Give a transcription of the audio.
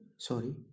sorry